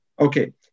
Okay